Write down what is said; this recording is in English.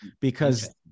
because-